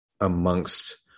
amongst